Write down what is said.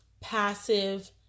passive